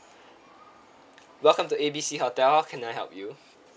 welcome to A B C hotel how can I help you